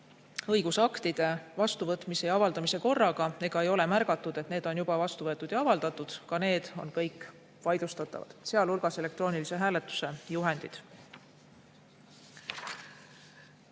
õigusaktide vastuvõtmise ja avaldamise korraga ega ei ole märgatud, et need on juba vastu võetud ja avaldatud. Ka need on kõik vaidlustatavad, sealhulgas elektroonilise hääletuse juhendid.